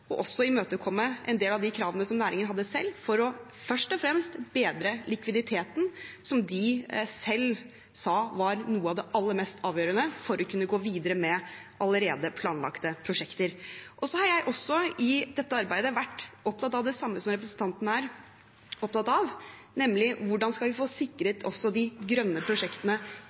også å imøtekomme en del av kravene næringen selv hadde, først og fremst for å bedre likviditeten, som de selv sa var noe av det aller mest avgjørende for å kunne gå videre med allerede planlagte prosjekter. I dette arbeidet har jeg også vært opptatt av det samme som representanten er opptatt av: nemlig hvordan vi også skal få sikret de grønne prosjektene